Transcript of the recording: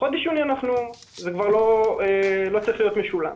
חודש יוני זה כבר לא צריך להיות משולם.